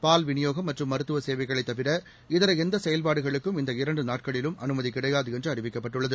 பால் விநியோகம் மற்றும் மருத்துவ சேவைகளைத் தவிர இதர எந்த செயல்பாடுகளுக்கும் இந்த இரண்டு நாட்களிலும் அனுமதி கிடையாது என்று அறிவிக்கப்பட்டுள்ளது